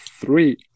Three